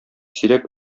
сирәк